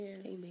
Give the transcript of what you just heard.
Amen